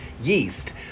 yeast